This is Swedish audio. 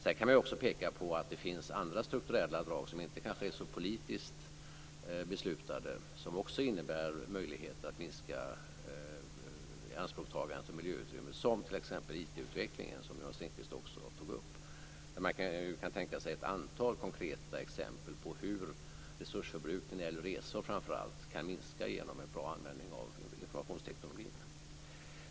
Sedan kan man kanske också peka på att det finns andra strukturella drag som kanske inte är politiskt beslutade men som också innebär möjligheter att minska ianspråktagandet av miljöutrymme, som t.ex. IT-utvecklingen, som Jonas Ringqvist också tog upp. Där kan man tänka sig ett antal konkreta exempel på hur resursförbrukningen, framför allt när det gäller resor, kan minska genom en bra användning av informationstekniken.